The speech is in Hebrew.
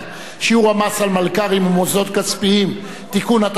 (שיעור מס על מלכ"רים ומוסדות כספיים) (תיקון),